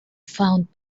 found